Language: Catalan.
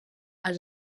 els